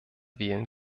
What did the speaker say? wählen